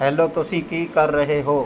hello ਤੁਸੀਂ ਕੀ ਕਰ ਰਹੇ ਹੋ